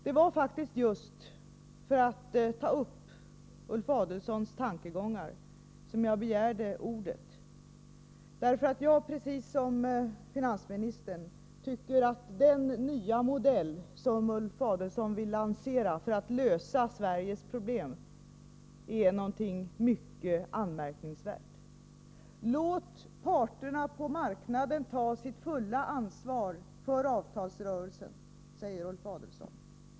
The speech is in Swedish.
Det var faktiskt just för att ta upp Ulf Adelsohns tankegångar som jag begärde ordet. Precis som finansministern tycker jag att den nya modell som Ulf Adelsohn vill lansera för att lösa Sveriges problem är någonting mycket anmärkningsvärt. Låt parterna på arbetsmarknaden ta sitt fulla ansvar för avtalsrörelsen, säger Ulf Adelsohn.